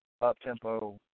up-tempo